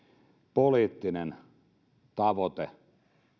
poliittinen tavoite